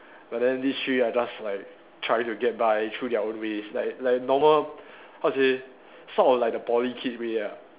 but then these three are just like try to get by through their own ways like like normal how to say sort of like the Poly kid way ya